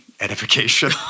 edification